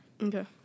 Okay